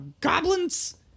goblins